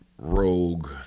rogue